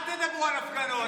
אל תדברו על הפגנות.